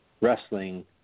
wrestling